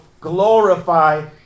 glorify